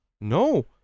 No